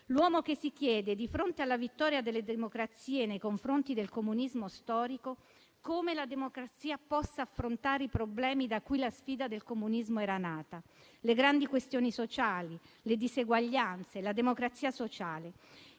l'uomo che si chiede, di fronte alla vittoria delle democrazie nei confronti del comunismo storico, come la democrazia possa affrontare i problemi da cui la sfida del comunismo era nata, le grandi questioni sociali, le diseguaglianze, la democrazia sociale.